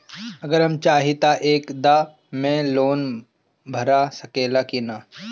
अगर हम चाहि त एक दा मे लोन भरा सकले की ना?